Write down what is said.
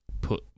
put